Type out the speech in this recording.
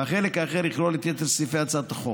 והחלק האחר יכלול את יתר סעיפי הצעת החוק.